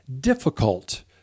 difficult